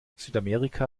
südamerika